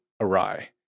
awry